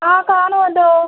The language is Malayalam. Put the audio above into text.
ആ കാണുമല്ലോ